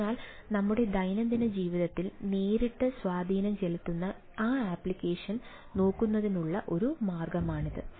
അതിനാൽ നമ്മുടെ ദൈനംദിന ജീവിതത്തിൽ നേരിട്ട് സ്വാധീനം ചെലുത്തുന്ന ആ ആപ്ലിക്കേഷൻ നോക്കുന്നതിനുള്ള ഒരു മാർഗമാണിത്